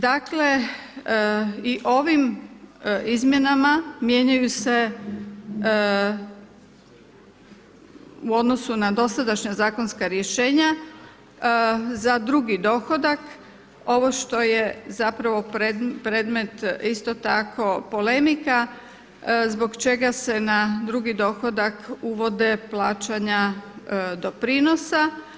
Dakle, i ovim izmjenama mijenjaju se u odnosu na dosadašnja zakonska rješenja za drugi dohodak, ovo što je zapravo predmet isto tako polemika zbog čega se na drugi dohodak uvode plaćanja doprinosa.